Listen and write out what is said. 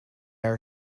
are